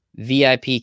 vip